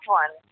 one